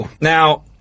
Now